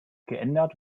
geändert